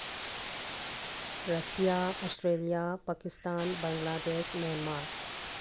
Russia Australia Pakistan Bangladesh Myanmar